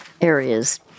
areas